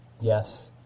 yes